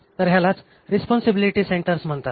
तर यालाच responsibility centres म्हणतात